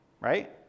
Right